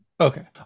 Okay